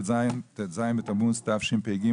ט"ז בתמוז התשפ"ג,